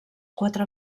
quatre